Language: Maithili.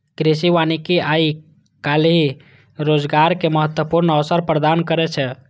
कृषि वानिकी आइ काल्हि रोजगारक महत्वपूर्ण अवसर प्रदान करै छै